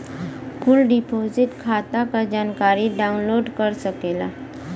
कुल डिपोसिट खाता क जानकारी डाउनलोड कर सकेला